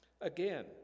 Again